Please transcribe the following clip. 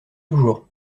toujours